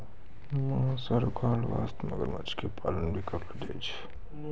मांस आरो खाल वास्तॅ मगरमच्छ के पालन भी करलो जाय छै